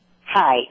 hi